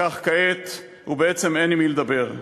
וכך כעת, ובעצם אין עם מי לדבר.